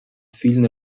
vielen